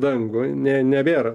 dangų ne nebėra